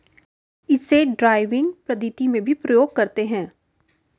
इसे ड्राइविंग पद्धति में भी प्रयोग करते हैं